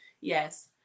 yes